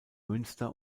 münster